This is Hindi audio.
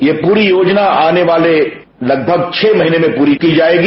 ये पूरी योजना आने वाले लगभग छह महीने में पूरी की जाएगी